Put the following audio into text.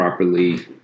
Properly